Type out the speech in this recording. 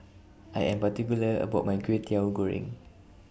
I Am particular about My Kwetiau Goreng